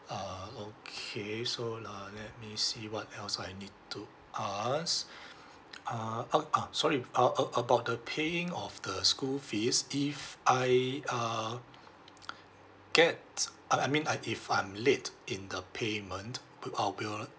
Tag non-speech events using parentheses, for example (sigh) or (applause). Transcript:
uh okay so lah let me see what else I need to ask (breath) uh oh uh sorry uh a~ about the paying of the school fees if I uh (noise) get uh I mean I if I'm late in the payment pe~ uh will